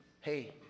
hey